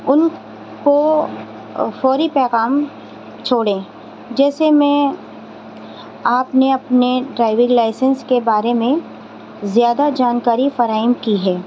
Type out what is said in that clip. ان کو فوری کا کام چھوڑیں جیسے میں آپ نے اپنے ڈرائیونگ لائسنس کے بارے میں زیادہ جانکاری فراہم کی ہے